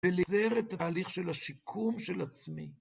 ולעזר את תהליך של השיקום של עצמי.